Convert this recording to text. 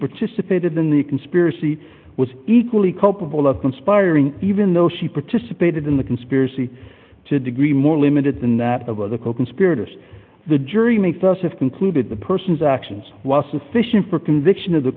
participated in the conspiracy was equally culpable of conspiring even though she participated in the conspiracy to degree more limited than that of other coconspirators the jury makes us have concluded the person's actions was sufficient for conviction of the